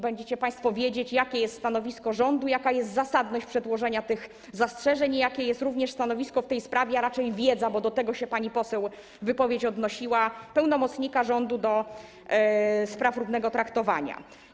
Będziecie państwo wiedzieć, jakie jest stanowisko rządu, jaka jest zasadność przedłożenia tych zastrzeżeń i jakie jest również stanowisko w tej sprawie, a raczej wiedza, bo do tego wypowiedź pani poseł się odnosiła, pełnomocnika rządu do spraw równego traktowania.